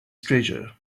treasure